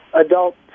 adult